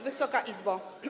Wysoka Izbo!